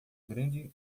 grande